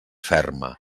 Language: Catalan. ferma